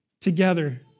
together